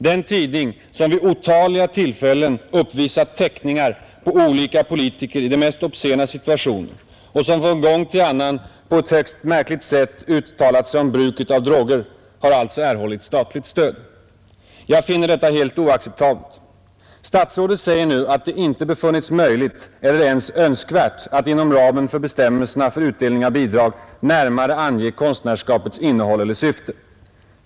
Den tidning som vid otaliga tillfällen uppvisat teckningar på olika politiker i de mest obscena situationer och som från gång till annan på ett högst märkligt sätt uttalat sig om bruket av droger har alltså erhållit statligt stöd! Jag finner detta helt oacceptabelt! Statsrådet säger nu att det inte befunnits möjligt eller ens önskvärt att inom ramen för bestämmelserna om utdelning av bidrag närmare ange konstnärskapets innehåll eller syfte.